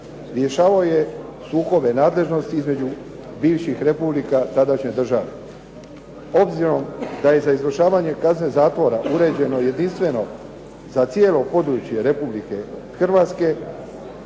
rješavao je sukobe nadležnosti između bivših republika tadašnje države. Obzirom da je za izvršavanje kazne zatvora uređeno jedinstveno za cijelo područje Republike Hrvatske